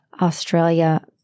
Australia